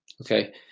okay